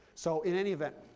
so in any event,